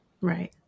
right